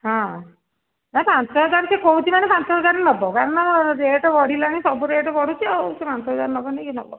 ହଁ ନାଇଁ ପାଞ୍ଚ ହଜାର ସେ କହୁଛି ମାନେ ପାଞ୍ଚ ହଜାର ସେ ନେବ କାରଣ ରେଟ୍ ବଢ଼ିଲାଣି ସବୁ ରେଟ୍ ବଢୁଛି ଆଉ